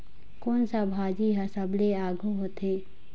कोन सा भाजी हा सबले आघु होथे?